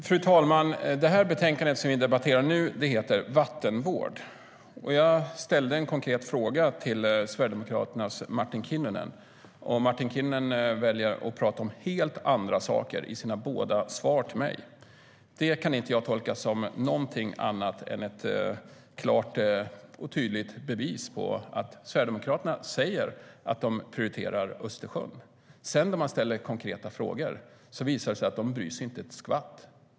Fru talman! Det betänkande vi debatterar nu heter Vattenvård . Jag ställde en konkret fråga till Sverigedemokraternas Martin Kinnunen, och Martin Kinnunen väljer att prata om helt andra saker i sina båda svar till mig. Det kan jag inte tolka som något annat än ett klart och tydligt bevis på att Sverigedemokraterna säger att de prioriterar Östersjön. När man sedan ställer konkreta frågor visar det sig att de inte bryr sig ett skvatt.